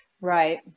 right